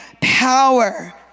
power